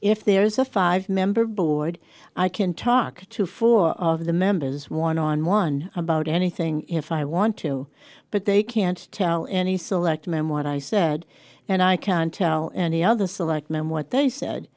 if there is a five member board i can talk to four of the members one on one about anything if i want to but they can't tell any selectman what i said and i can tell any other selectman what they said